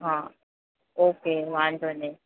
હા ઓકે વાંધો નહીં